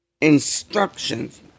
instructions